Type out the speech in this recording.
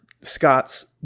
Scott's